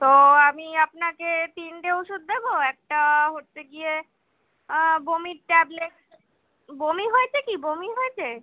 তো আমি আপনাকে তিনটে ওষুধ দেবো একটা হচ্ছে গিয়ে বমির ট্যাবলেট বমি হয়েছে কি বমি হয়েছে